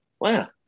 wow